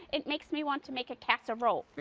it makes me want to make a casserole.